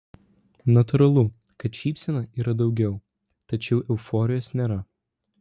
natūralu kad šypsenų yra daugiau tačiau euforijos nėra